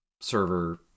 server